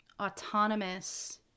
autonomous